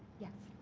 yes.